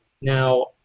Now